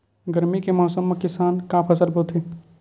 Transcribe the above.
गरमी के मौसम मा किसान का फसल बोथे?